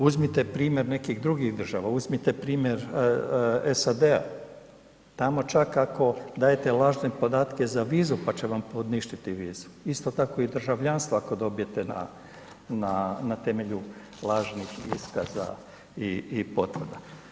Uzmite primjer nekih drugih država, uzmite primjer SAD-a tamo čak ako dajete lažne podatke za vizu pa će vam poništiti vizu, isto tako i državljanstvo ako dobijete na temelju lažnih iskaza i potvrda.